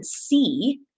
see